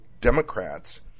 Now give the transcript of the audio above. Democrats